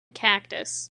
cactus